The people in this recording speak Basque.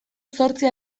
zortzi